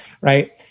Right